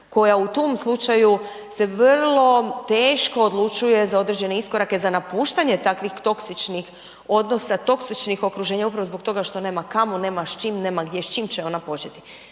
koja u tom slučaju se vrlo teško odlučuje za određene iskorake, za napuštanje takvih toksičnih odnosa, toksičnih okruženja upravo zbog toga što nema kamo, nema s čim, nema gdje. S čime će ona početi?